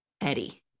eddie